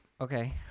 Okay